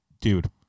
Dude